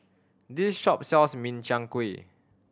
this shop sells Min Chiang Kueh